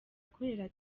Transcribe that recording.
akorera